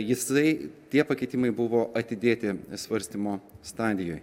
jisai tie pakeitimai buvo atidėti svarstymo stadijoj